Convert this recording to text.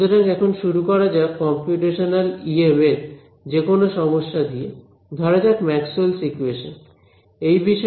সুতরাং এখন শুরু করা যাক কম্পিউটেশনাল ইএম এর যেকোনো সমস্যা দিয়ে ধরা যাক ম্যাক্সওয়েলস ইকুয়েশনস Maxwell's equations